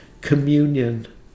communion